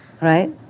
right